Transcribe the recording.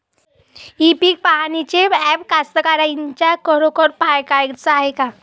इ पीक पहानीचं ॲप कास्तकाराइच्या खरोखर फायद्याचं हाये का?